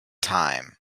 time